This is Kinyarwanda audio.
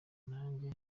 nange